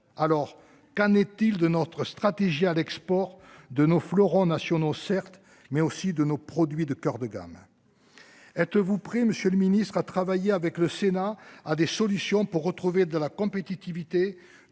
alors qu'en est-il de notre stratégie à l'export de nos fleurons nationaux certes mais aussi de nos produits de coeur de gamme. Êtes-vous prêt Monsieur le Ministre, à travailler avec le Sénat a des solutions pour retrouver de la compétitivité